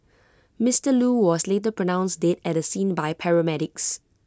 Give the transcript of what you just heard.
Mister Loo was later pronounced dead at the scene by paramedics